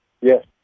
Yes